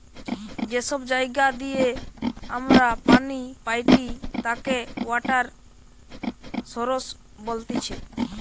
যে সব জায়গা দিয়ে আমরা পানি পাইটি তাকে ওয়াটার সৌরস বলতিছে